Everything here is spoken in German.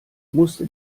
musste